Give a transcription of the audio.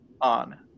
on